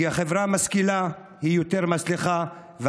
כי חברה משכילה היא מצליחה יותר,